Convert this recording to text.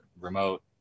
remote